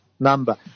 Number